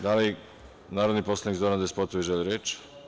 Da li narodni poslanik Zoran Despotović želi reč?